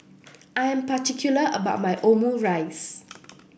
I am particular about my Omurice